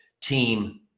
team